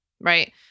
Right